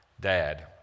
dad